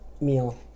meal